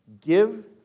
Give